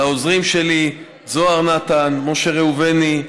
לעוזרים שלי זוהר נתן ומשה ראובני,